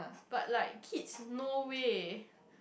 but like kids no way